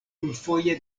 plurfoje